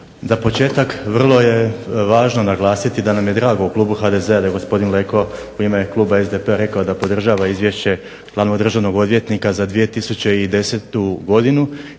Za početak vrlo je važno naglasiti da nam je drago u Klubu HDZ-a da je gospodin Leko u ime kluba SDP-a rekao da podržava Izvješće glavnog državnog odvjetnika za 2010. godinu,